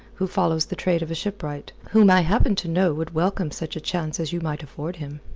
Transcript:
who follows the trade of a shipwright, whom i happen to know would welcome such a chance as you might afford him.